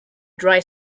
dry